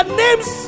names